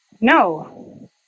No